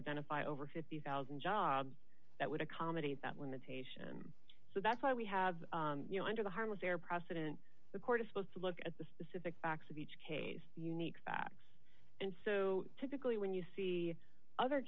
identify over fifty thousand dollars jobs that would accommodate that limitation so that's why we have you know under the harmless error precedent the court is supposed to look at the specific facts of each case unique facts and so typically when you see other